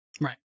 Right